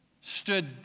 stood